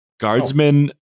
Guardsmen